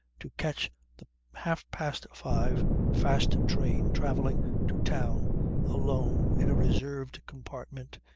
to catch the half-past five fast train, travelling to town alone in a reserved compartment,